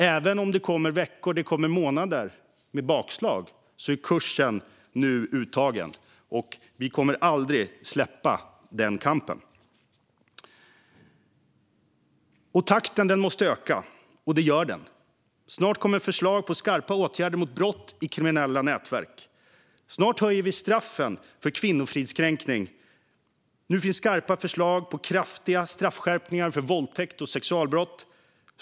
Även om det kommer veckor och månader med bakslag är kursen nu uttagen, och vi kommer aldrig att släppa den kampen. Takten måste öka, och det gör den. Snart kommer förslag på skarpa åtgärder mot brott i kriminella nätverk. Snart höjer vi straffen för kvinnofridskränkning. Nu finns skarpa förslag på kraftiga straffskärpningar när det gäller våldtäkt och sexualbrott.